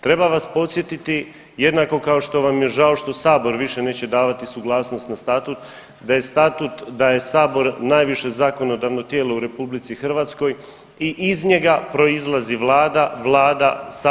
Treba vas podsjetiti, jednako kao što vam je žao što Sabor više neće davati suglasnost na statut, da je statut, da je Sabor najviše zakonodavno tijelo u RH i iz njega proizlazi Vlada, Vlada,